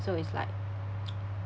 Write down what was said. so it's like